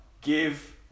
give